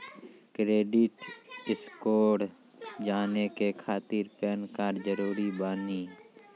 Credit score जाने के खातिर पैन कार्ड जरूरी बानी?